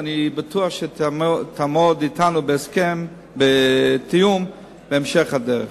ובטוח שתעמוד אתנו בתיאום בהמשך הדרך.